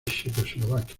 checoslovaquia